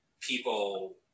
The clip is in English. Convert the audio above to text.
people